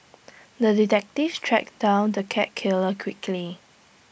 the detective tracked down the cat killer quickly